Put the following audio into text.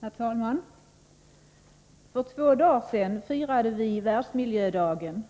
Herr talman! För två dagar sedan firade vi världsmiljödagen.